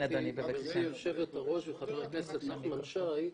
גברתי יושבת הראש וחבר הכנסת נחמן שי,